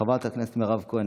חברת הכנסת מירב כהן,